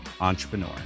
entrepreneur